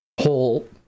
whole